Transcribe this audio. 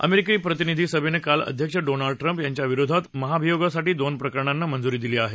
अमेरिकी प्रतिनिधी सभेनं काल अध्यक्ष डोनाल्ड ट्रम्प यांच्या विरोधात महाभियोगासाठी दोन प्रकरणांना मंजुरी दिली आहे